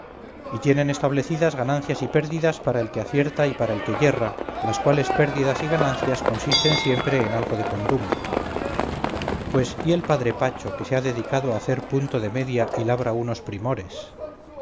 y tienen establecidas ganancias y pérdidas para el que acierta y para el que yerra las cuales pérdidas y ganancias consisten siempre en algo de condumio pues y el padre pacho que se ha dedicado a hacer punto de media y labra unos primores